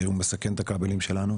והוא מסכן את הכבלים שלנו.